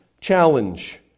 challenge